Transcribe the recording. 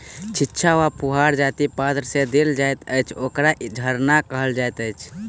छिच्चा वा फुहार जाहि पात्र सँ देल जाइत अछि, ओकरा झरना कहल जाइत अछि